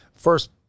first